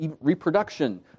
reproduction